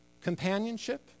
Companionship